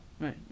right